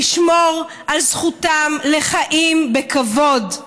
לשמור על זכותם לחיים בכבוד.